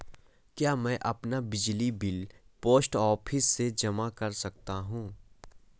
क्या मैं अपना बिजली बिल पोस्ट ऑफिस में जमा कर सकता हूँ?